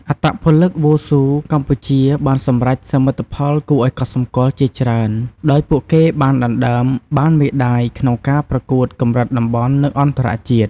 អត្តពលិកវ៉ូស៊ូកម្ពុជាបានសម្រេចសមិទ្ធផលគួរឲ្យកត់សម្គាល់ជាច្រើន ដោយពួកគេបានដណ្ដើមបានមេដាយក្នុងការប្រកួតកម្រិតតំបន់ និងអន្តរជាតិ។